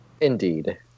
Indeed